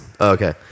Okay